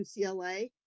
UCLA